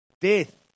death